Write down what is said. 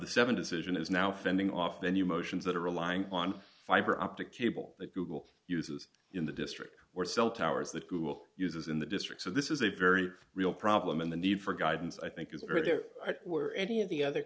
the seven decision is now fending off the new motions that are relying on fiber optic cable that google uses in the district or cell towers that google uses in the district so this is a very real problem and the need for guidance i think is there were any of the other